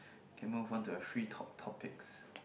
okay move on to the free talk topics